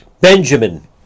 Benjamin